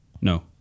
no